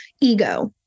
ego